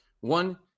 One